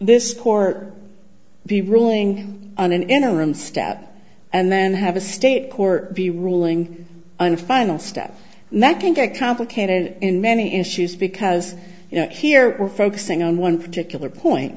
this court be ruling on an interim step and then have a state court be ruling on a final step and that can get complicated in many issues because you know here we're focusing on one particular point